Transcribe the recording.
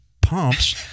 pumps